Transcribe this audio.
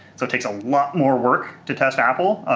so it takes a lot more work to test apple.